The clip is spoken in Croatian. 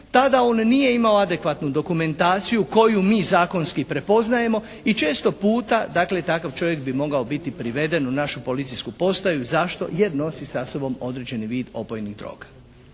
tada on nije imao adekvatnu dokumentaciju koju mi zakonski prepoznajemo i često puta dakle takav čovjek bi mogao biti priveden u našu policijsku postaju. Zašto? Jer nosi sa sobom određeni vid opojnih droga.